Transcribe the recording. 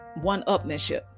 one-upmanship